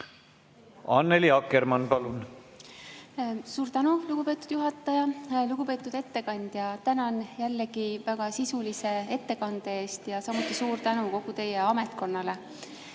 Annely Akkermann, palun! Suur tänu, lugupeetud juhataja! Lugupeetud ettekandja, tänan jällegi väga sisulise ettekande eest ja samuti suur tänu kogu teie ametkonnale!